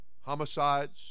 homicides